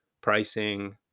pricing